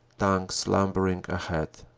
tanks lumbering ahead.